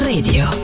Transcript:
Radio